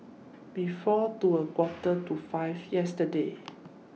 before to A Quarter to five yesterday